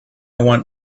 want